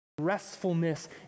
restfulness